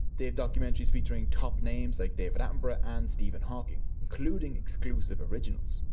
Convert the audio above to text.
they have documentaries featuring top names like david attenborough and stephen hawking, including exclusive originals.